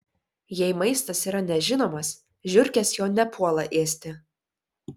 jei maistas yra nežinomas žiurkės jo nepuola ėsti